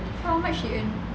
so how much she earn